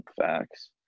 Facts